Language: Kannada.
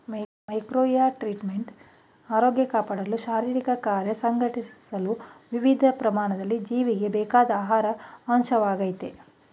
ಮೈಕ್ರೋನ್ಯೂಟ್ರಿಯಂಟ್ ಆರೋಗ್ಯ ಕಾಪಾಡಲು ಶಾರೀರಿಕಕಾರ್ಯ ಸಂಘಟಿಸಲು ವಿವಿಧ ಪ್ರಮಾಣದಲ್ಲಿ ಜೀವಿಗೆ ಬೇಕಾದ ಆಹಾರ ಅಂಶವಾಗಯ್ತೆ